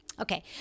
Okay